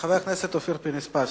חבר הכנסת אופיר פינס-פז.